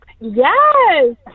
Yes